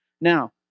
Now